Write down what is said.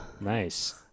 Nice